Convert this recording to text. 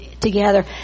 together